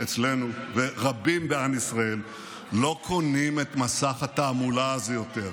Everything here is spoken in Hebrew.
אצלנו ורבים בעם ישראל לא קונים את מסך התעמולה הזה יותר.